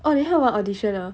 oh 你还有玩 audition ah